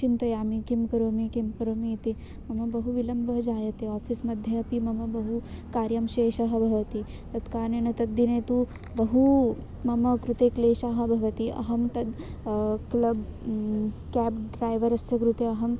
चिन्तयामि किं करोमि किं करोमि इति मम बहु विलम्बः जायते आफीस् मध्ये अपि मम बहु कार्यं शेषः भवति तत्कारणेन तद्दिने तु बहु मम कृते क्लेशः भवति अहं तद् क्लब् क्याब् ड्रैवरस्य कृते अहं